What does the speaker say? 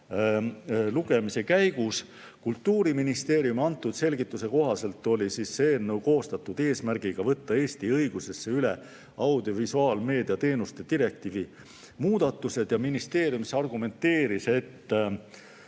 lugemise käigus. Kultuuriministeeriumi antud selgituse kohaselt on see eelnõu koostatud eesmärgiga võtta Eesti õigusesse üle audiovisuaalmeedia teenuste direktiivi muudatused. Ja ministeerium argumenteeris, et